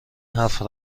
هفت